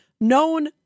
known